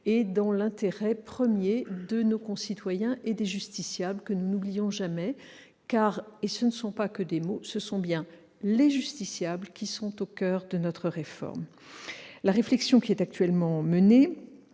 dans l'intérêt premier de nos concitoyens et des justiciables, que nous n'oublions jamais. En effet- ce ne sont pas que des mots -, ce sont bien les justiciables qui sont au coeur de notre réforme. La réflexion actuellement menée